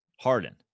Harden